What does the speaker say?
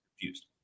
confused